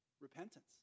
repentance